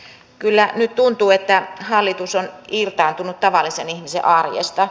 kyllä nyt tuntuu että hallitus on irtautunut tavallisen ihmisen arjesta